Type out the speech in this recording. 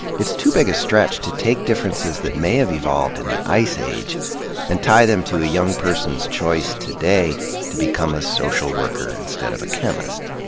it's too big a stretch to take differences that may have evolved in the ice age and tie them to a young person's choice today to become a social worker instead of a chemist. um